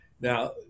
Now